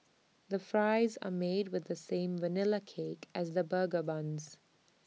the fries are made with the same Vanilla cake as the burger buns